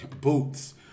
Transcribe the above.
Boots